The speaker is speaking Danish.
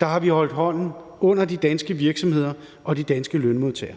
har vi holdt hånden under de danske virksomheder og de danske lønmodtagere.